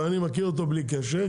אבל אני מכיר אותו בלי קשר.